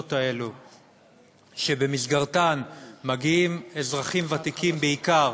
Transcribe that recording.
הנלוזות האלה שבמסגרתן מגיעים אזרחים ותיקים בעיקר